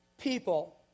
people